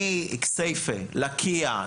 מכסייפה, לקיה.